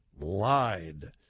lied